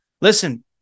Listen